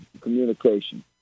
communication